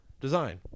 Design